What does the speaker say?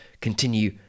continue